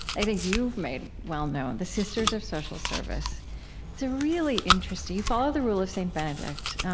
i think, you've made well-known the sisters of social service. it's a really interesting you follow the rule of st. benedict.